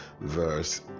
verse